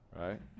right